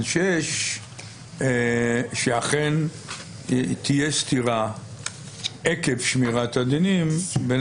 ג' שאכן תהיה סתירה עקב שמירת הדינים בין